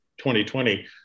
2020